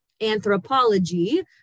anthropology